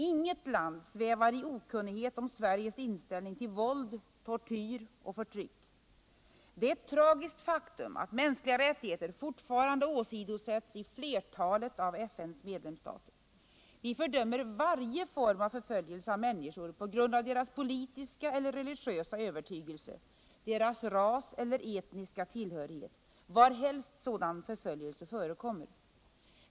Inget land svävar i okunnighet om Sveriges inställning till våld, tortyr och förtryck. Del är ett tragiskt faktum att mänskliga rättigheter fortfarande åsidosätts i flertalet av FN:s medlemsstater. Vi fördömer varje form av förföljelse av människor på grund av deras politiska eller religiösa övertygelse, deras ras celler etniska tillhörighet, varhelst sådan förföljelse förekommer.